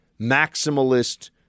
maximalist